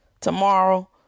Tomorrow